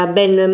ben